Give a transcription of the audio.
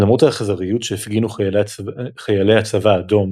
למרות האכזריות שהפגינו חיילי הצבא האדום